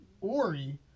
Ori